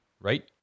right